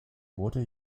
wurde